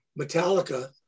Metallica